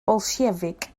bolsiefic